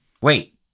Wait